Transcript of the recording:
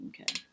Okay